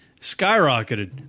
skyrocketed